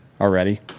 already